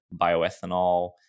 bioethanol